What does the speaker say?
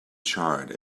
charred